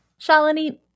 Shalini